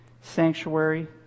sanctuary